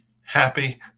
happy